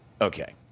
okay